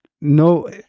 No